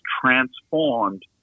transformed